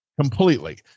completely